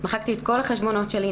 מחקתי את כל החשבונות שלי,